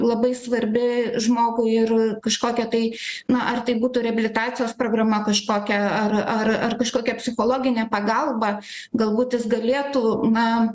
labai svarbi žmogui ir kažkokia tai na ar tai būtų reabilitacijos programa kažkokia ar ar ar kažkokia psichologinė pagalba galbūt jis galėtų na